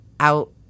out